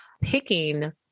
picking